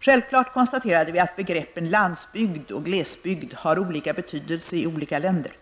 Självfallet konstaterade vi att begreppen landsbygd och glesbygd har olika betydelse i olika länder.